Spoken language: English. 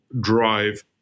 drive